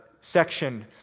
section